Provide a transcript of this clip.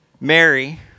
Mary